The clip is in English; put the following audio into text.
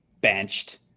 benched